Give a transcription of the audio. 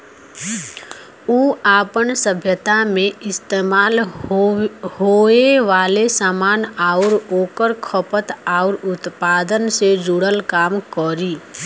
उ आपन सभ्यता मे इस्तेमाल होये वाले सामान आउर ओकर खपत आउर उत्पादन से जुड़ल काम करी